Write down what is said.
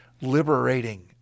liberating